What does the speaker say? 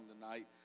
tonight